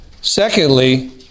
Secondly